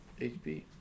HP